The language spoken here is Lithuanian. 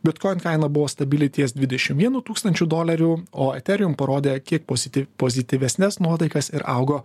bitkoin kaina buvo stabili ties dvidešim vienu tūkstančiu dolerių o eterium parodė kie poziti pozityvesnes nuotaikas ir augo